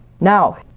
Now